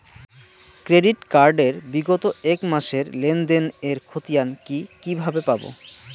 Credit card এর বিগত এক মাসের লেনদেন এর ক্ষতিয়ান কি কিভাবে পাব?